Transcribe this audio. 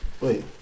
Wait